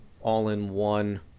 all-in-one